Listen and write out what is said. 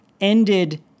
ended